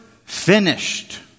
finished